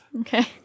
Okay